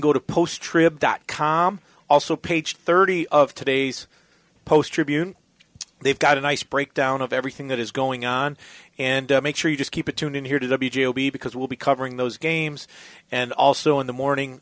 go to post trib dot com also page thirty of today's post tribune they've got a nice breakdown of everything that is going on and make sure you just keep it tuned in here to the g o p because we'll be covering those games and also in the morning